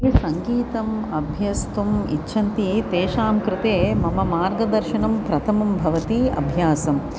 सङ्गीतम् अभ्यस्तुम् इच्छन्ति तेषां कृते मम मार्गदर्शनं प्रथमं भवति अभ्यासम्